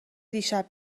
دیشب